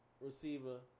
receiver